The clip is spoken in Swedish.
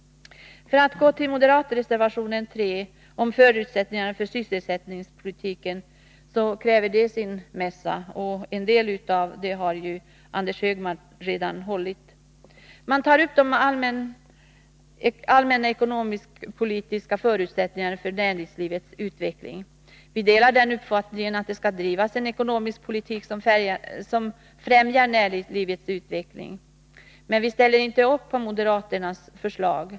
Moderaternas reservation 3, om förutsättningarna för sysselsättningspolitiken, kräver sin egen mässa. En del har Anders Högmark redan berört. Man tar upp de allmänna ekonomisk-politiska förutsättningarna för näringslivets utveckling. Vi delar uppfattningen att det skall drivas en ekonomisk politik som främjar näringslivets utveckling. Men vi ställer inte upp på moderaternas förslag.